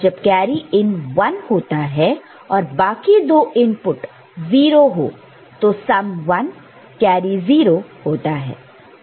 जब carry in 1 होता है और बाकी 2 इनपुट 0 हो तो सम 1 कैरी 0 होता है